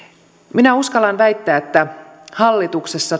minä uskallan väittää että hallituksessa